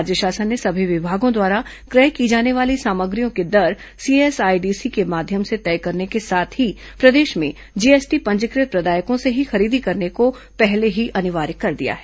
राज्य शासन ने सभी विभागों द्वारा क्रय की जाने वाली सामग्रियों की दर सीएसआईडीसी के माध्यम से तय करने के साथ ही प्रदेश में जीएसटी पंजीकृत प्रदायकों से ही खरीदी करने को पहले से ही अनिवार्य कर दिया है